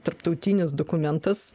tarptautinis dokumentas